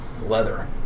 Leather